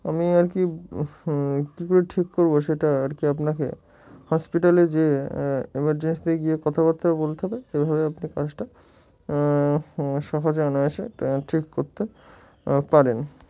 আমি আর কি কী করে ঠিক করবো সেটা আর কি আপনাকে হসপিটালে গিয়ে এমার্জেন্সিতে গিয়ে কথাবার্তা বলতে হবে এভাবে আপনি কাজটা সহজে না এসে ঠিক করতে পারেন